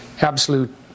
absolute